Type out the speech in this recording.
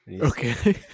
Okay